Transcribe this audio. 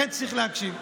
לכן צריך להקשיב.